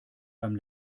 beim